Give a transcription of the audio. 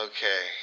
Okay